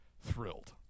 thrilled